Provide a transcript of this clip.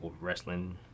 wrestling